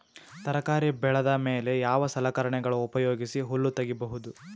ತರಕಾರಿ ಬೆಳದ ಮೇಲೆ ಯಾವ ಸಲಕರಣೆಗಳ ಉಪಯೋಗಿಸಿ ಹುಲ್ಲ ತಗಿಬಹುದು?